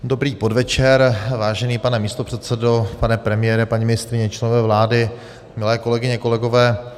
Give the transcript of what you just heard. Dobrý podvečer, vážený pane místopředsedo, pane premiére, paní ministryně, členové vlády, milé kolegyně, kolegové.